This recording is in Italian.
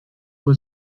può